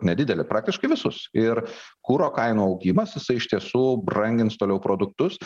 ne didelę praktiškai visus ir kuro kainų augimas jisai iš tiesų brangins toliau produktus